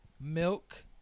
milk